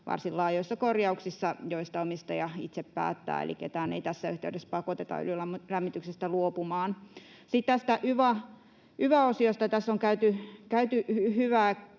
varsin laajoissa korjauksissa, joista omistaja itse päättää, eli ketään ei tässä yhteydessä pakoteta luopumaan öljylämmityksestä. Sitten tästä yva-osiosta. Tässä on käyty hyvää keskustelua.